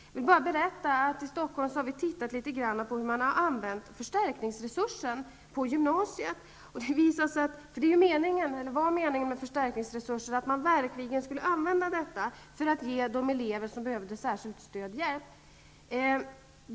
Jag vill bara berätta att vi i Stockholm har tittat närmare på hur man har använt förstärkningsresursen på gymnasiet. Det var meningen med förstärkningsresurser att man verkligen skulle använda dem för att ge de elever som behövde särskilt stöd hjälp.